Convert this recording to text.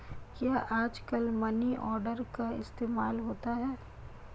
क्या आजकल money order का इस्तेमाल होता है?